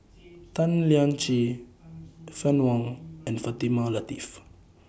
Tan Lian Chye Fann Wong and Fatimah Lateef